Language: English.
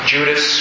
Judas